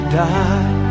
die